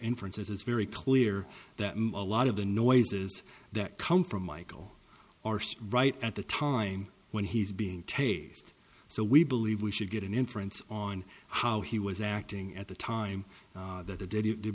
inference as it's very clear that lot of the noises that come from michael arse right at the time when he's being taste so we believe we should get an inference on how he was acting at the time that the